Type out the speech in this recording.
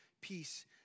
peace